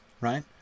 right